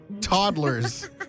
Toddlers